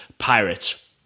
Pirates